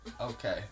Okay